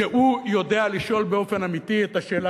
שיודע לשאול באופן אמיתי את השאלה,